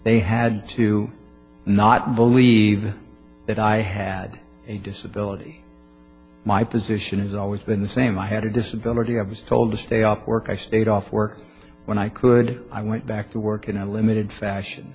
they had to not believe that i had a disability my position has always been the same i had a disability i was told to stay off work i stayed off work when i could i went back to work in a limited fashion